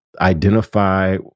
Identify